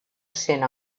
cent